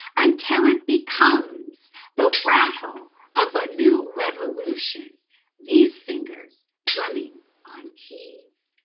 until it becomes the rattle of a new revolution these fingers drumming on keys.